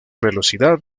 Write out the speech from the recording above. velocidad